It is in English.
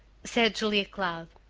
said julia cloud.